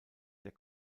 der